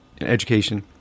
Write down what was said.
education